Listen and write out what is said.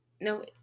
no